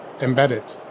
embedded